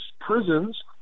prisons